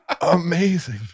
Amazing